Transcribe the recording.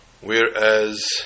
Whereas